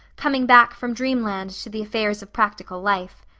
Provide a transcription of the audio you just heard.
coming back from dreamland to the affairs of practical life.